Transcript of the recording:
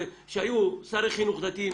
כשהיו שרי חינוך דתיים